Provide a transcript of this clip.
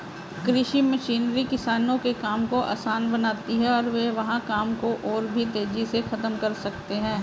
कृषि मशीनरी किसानों के काम को आसान बनाती है और वे वहां काम को और भी तेजी से खत्म कर सकते हैं